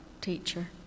teacher